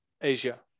Asia